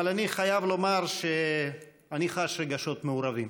אבל אני חייב לומר שאני חש רגשות מעורבים.